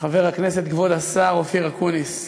חבר הכנסת, כבוד השר אופיר אקוניס.